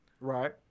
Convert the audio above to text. Right